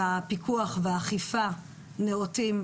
פיקוח ואכיפה נאותים,